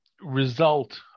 result